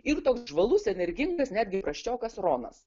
ir toks žvalus energingas netgi prasčiokas ronas